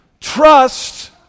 Trust